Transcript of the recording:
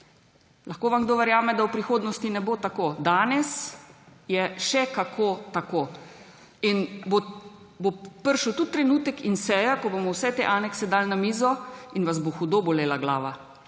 Lahko vam kdo verjame, da v prihodnosti ne bo tako. Danes je še kako tako. Prišel bo tudi trenutek in seja, ko bomo vse te anekse dali na mizo in vas bo hudo bolela glava.